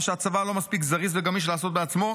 מה שהצבא לא מספיק זריז וגמיש לעשות בעצמו,